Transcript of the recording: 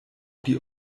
die